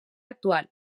actual